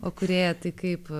o kūrėja tai kaip